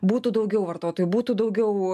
būtų daugiau vartotojų būtų daugiau